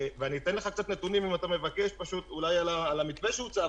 אני אתן לך קצת נתונים על המתווה שהוצע,